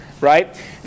right